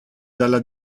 dalla